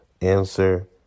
answer